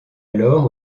alors